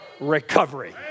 recovery